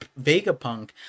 Vegapunk